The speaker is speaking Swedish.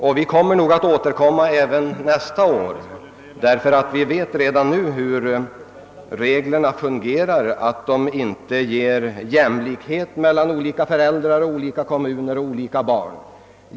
Vi återkommer säkerligen även nästa år, ty vi vet redan nu att reglerna inte bidrar till en god lösning till jämlikhet mellan olika föräldrår och olika kommuner.